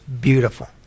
beautiful